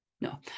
No